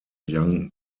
young